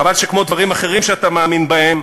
חבל שכמו דברים אחרים שאתה מאמין בהם,